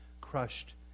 crushed